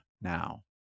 now